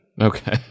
Okay